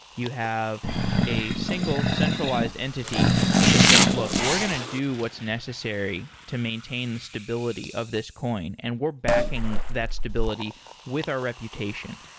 you have a single centralized entity that says, look, we're going to do what's necessary to maintain the stability of this coin and we're backing that stability with our reputation.